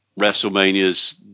WrestleManias